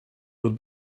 would